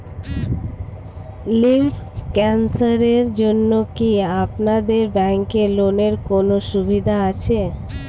Lymph ক্যানসারের জন্য কি আপনাদের ব্যঙ্কে লোনের কোনও সুবিধা আছে?